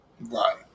right